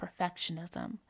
perfectionism